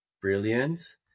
brilliant